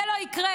זה לא יקרה.